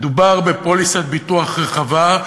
מדובר בפוליסת ביטוח רחבה,